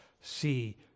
see